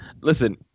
Listen